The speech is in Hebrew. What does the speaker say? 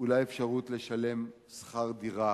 אולי אפשרות לשלם שכר דירה,